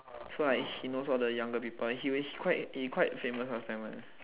so like he knows all the younger people he will quite he quite famous last time [one]